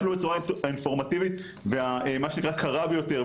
אפילו בצורה אינפורמטיבית ומה שנקרא קרה ביותר,